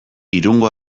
irungo